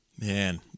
Man